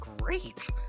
great